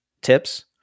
tips